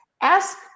ask